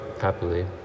happily